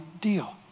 deal